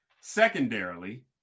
secondarily